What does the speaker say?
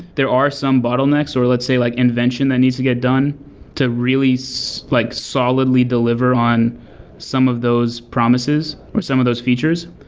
there are some bottlenecks or let's say like invention that needs to get done to really so like solidly deliver on some of those promises or some of those features.